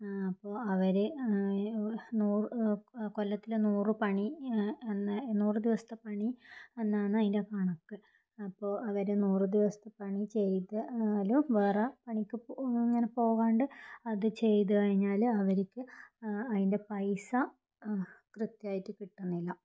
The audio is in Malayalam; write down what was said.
അപ്പോൾ അവർ കൊല്ലത്തിൽ നൂറ് പണി നൂറ് ദിവസത്തെ പണി എന്നാണ് അതിൻ്റെ കണക്ക് അപ്പോൾ അവർ നൂറ് ദിവസത്തെ പണി ചെയ്താലും വേറെ പണിക്ക് ഇങ്ങനെ പോകാണ്ട് അത് ചെയ്ത് കഴിഞ്ഞാൽ അവർക്ക് അതിൻ്റെ പൈസ കൃത്യമായിട്ട് കിട്ടണില്ല